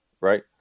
right